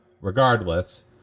regardless